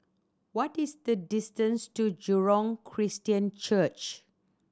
what is the distance to Jurong Christian Church